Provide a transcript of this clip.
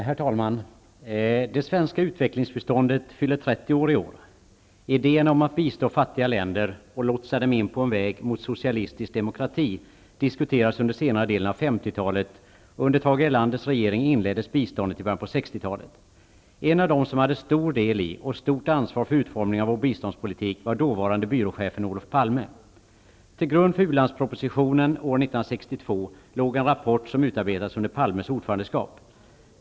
Herr talman! Det svenska utvecklingsbiståndet fyller 30 år i år. Idéerna om att bistå fattiga länder och lotsa dem in på en väg mot socialistisk demokrati diskuterades under senare delen av 50 talet, och under Tage Erlanders regering inleddes biståndet i början på 60-talet. En av dem som hade stor del i och stort ansvar för utformningen av vår biståndspolitik var dåvarande byråchefen Olof Palme. Till grund för u-landspropositionen år 1962 låg en rapport som utarbetats under Palmes ordförandeskap.